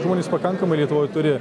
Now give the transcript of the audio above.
žmonės pakankamai lietuvoj turi